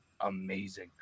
amazing